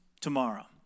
tomorrow